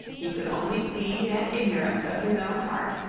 he could only plead an ignorance of his own heart,